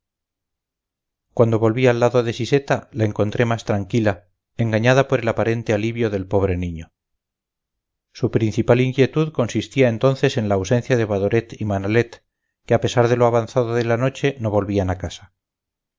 cuando volví al lado de siseta la encontré más tranquila engañada por el aparente alivio del pobre niño su principal inquietud consistía entonces en la ausencia de badoret y manalet que a pesar de lo avanzado de la noche no volvían a casa